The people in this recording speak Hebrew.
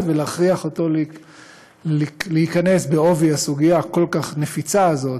ולהכריח אותו להיכנס בעובי הסוגיה הכל-כך נפיצה הזאת,